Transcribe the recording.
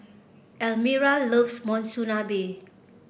Elmyra loves Monsunabe